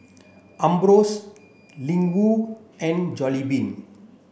Ambros Ling Wu and Jollibean